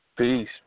Peace